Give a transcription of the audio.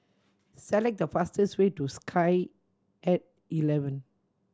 select the fastest way to Sky At Eleven